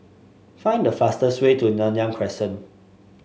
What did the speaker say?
find the fastest way to Nanyang Crescent